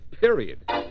Period